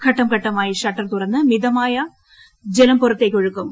ഘട്ടംഘട്ടമായി ഷട്ടർ തുറന്ന് മിതമായി ജലം പുറത്തേയ്ക്ക് ഒഴുക്കും